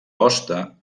hoste